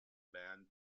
band